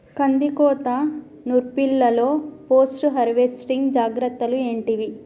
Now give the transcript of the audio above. కందికోత నుర్పిల్లలో post harvesting జాగ్రత్తలు ఏంటివి?